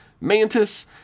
Mantis